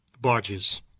barges